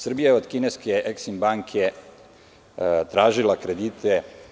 Srbija je od kineske „Eksim banke“ tražila kredite.